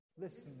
Listen